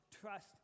trust